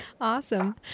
Awesome